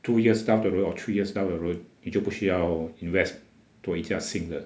two years down the road or three years down the road 你就不需要 invest 多一架新的